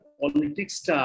politics